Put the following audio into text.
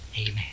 Amen